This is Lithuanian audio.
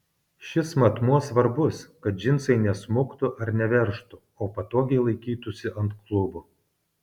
šis matmuo svarbus kad džinsai nesmuktų ar neveržtų o patogiai laikytųsi ant klubų